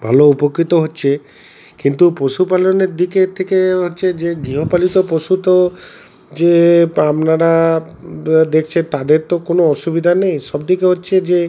ভালো উপকৃত হচ্ছে কিন্তু পশুপালনের দিকের থেকে হচ্ছে যে গৃহপালিত পশু তো যে আপনারা দেখছে তাদের তো কোনো অসুবিধা নেই সব থেকে হচ্ছে যে